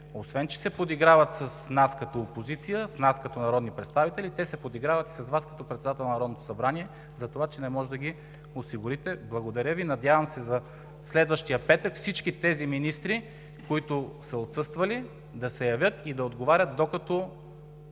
освен че се подиграват с нас като опозиция, с нас като народни представители, те се подиграват и с Вас като председател на Народното събрание, че не може да ги осигурите. Надявам се за следващия петък всички тези министри, които са отсъствали, да се явят и да отговарят, докато